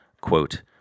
Quote